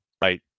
right